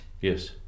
yes